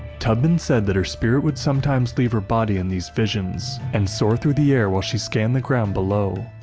tubman said that her spirit would sometimes leave her body in these visions, and soar through the air while she scanned the ground below.